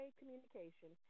communication